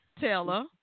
Taylor